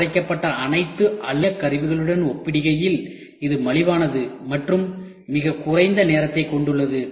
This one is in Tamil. அரைக்கப்பட்ட அனைத்து அலுமினிய கருவிகளுடன் ஒப்பிடுகையில் இது மலிவானது மற்றும் மிகக் குறைந்த நேரத்தைக் கொண்டுள்ளது